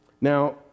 Now